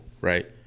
Right